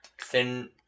thin